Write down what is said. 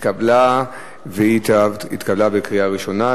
התקבלה בקריאה ראשונה,